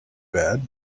bad